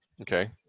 Okay